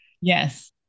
Yes